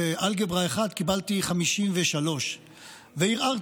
אלגברה 1, קיבלתי 53 וערערתי.